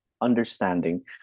understanding